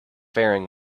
faring